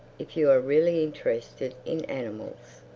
if you are really interested in animals.